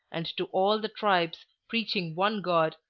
and to all the tribes, preaching one god,